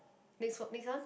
next what next one